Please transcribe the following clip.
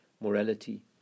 morality